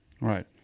Right